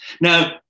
Now